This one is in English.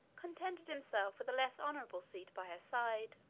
contented himself with a less honorable seat by her side.